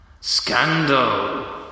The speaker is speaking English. scandal